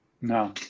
No